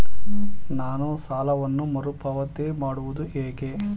ನಾನು ಸಾಲವನ್ನು ಮರುಪಾವತಿ ಮಾಡುವುದು ಹೇಗೆ?